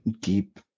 deep